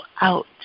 out